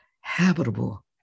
habitable